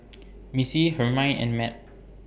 Missy Hermine and Mat